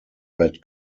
red